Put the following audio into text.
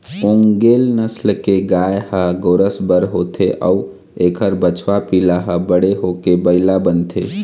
ओन्गेले नसल के गाय ह गोरस बर होथे अउ एखर बछवा पिला ह बड़े होके बइला बनथे